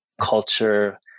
culture